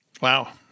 Wow